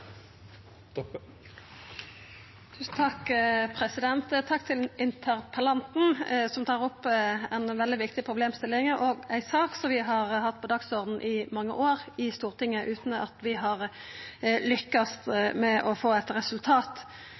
interpellanten, som tar opp ei veldig viktig problemstilling og ei sak som vi har hatt på dagsordenen i Stortinget i mange år, utan at vi har lykkast med å få eit resultat.